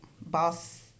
boss